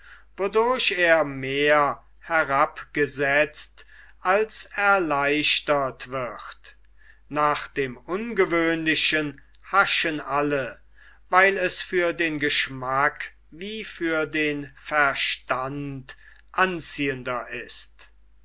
wodurch er mehr herabgesetzt als erleichtert wird nach dem ungewöhnlichen haschen alle weil es für den geschmack wie für den verstand anziehender ist